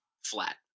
flat